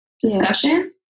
discussion